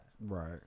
Right